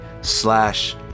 slash